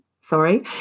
sorry